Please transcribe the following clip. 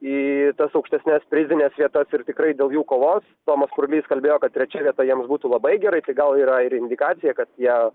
į tas aukštesnes prizines vietas ir tikrai daugiau kovos tomas purlys kalbėjo kad trečia vieta jiems būtų labai gerai tai gal yra ir indikacija kad jie